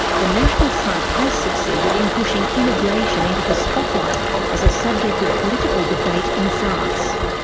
the national front has succeeded in pushing immigration into the spotlight as a subject of political debate in france.